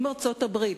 עם ארצות-הברית,